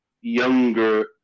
younger